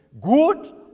good